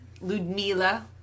Ludmila